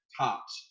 tops